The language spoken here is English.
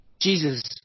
Jesus